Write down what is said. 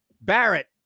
Barrett